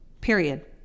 Period